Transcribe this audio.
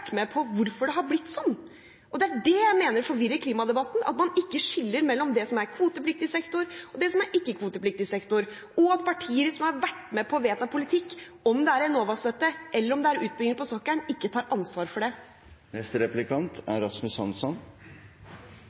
være med på å erkjenne at også de har bidratt til at det har blitt slik. Det er dét jeg mener er forvirrende i klimadebatten – at man ikke skiller mellom det som er kvotepliktig sektor, og det som er ikke-kvotepliktig sektor, og at partier som har vært med på å vedta politikk – om det er Enova-støtte eller utbygginger på sokkelen – ikke tar ansvar for det.